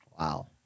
Wow